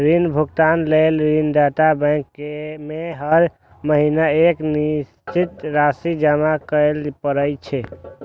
ऋण भुगतान लेल ऋणदाता बैंक में हर महीना एक निश्चित राशि जमा करय पड़ै छै